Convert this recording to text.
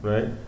Right